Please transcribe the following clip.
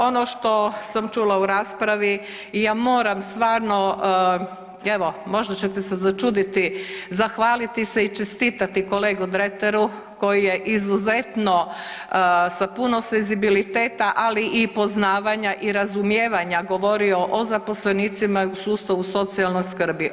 Ono što sam čula u raspravi ja moram stvarno, evo možda ćete se začuditi, zahvaliti se i čestitati kolegu Dreteru koji je izuzetno sa puno senzibiliteta, ali i poznavanja i razumijevanja govorio o zaposlenicima i u sustavu socijalne skrbi.